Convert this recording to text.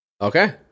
Okay